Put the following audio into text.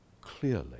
clearly